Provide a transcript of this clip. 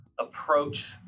Approach